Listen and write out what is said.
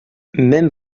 même